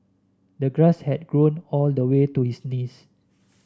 the grass had grown all the way to his knees